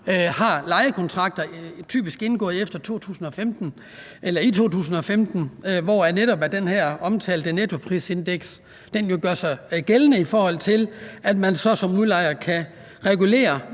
har lejekontrakter, der typisk er indgået i 2015, hvor det her omtalte nettoprisindeks netop gør sig gældende, i forhold til at man så som udlejer kan regulere